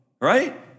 right